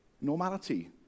Normality